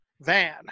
Van